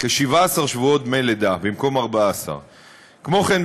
כ-17 שבועות דמי לידה במקום 14. כמו כן,